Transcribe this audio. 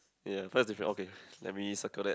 ya first difference okay let me circle that